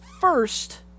first